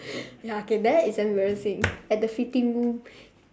ya okay that is embarrassing at the fitting room